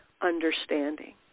understanding